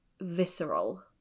visceral